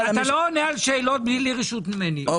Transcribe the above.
אתה לא עונה על שאלות בלי רשות ממני.